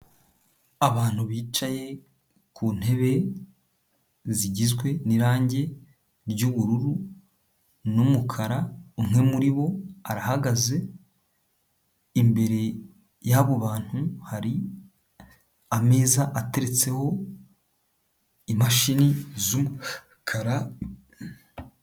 Abantu bicaye ku ntebe zigizwe n'irangi ry'ubururu n'umukara, umwe muri bo arahagaze, imbere y'abo bantu hari ameza ateretseho imashini z'umukara.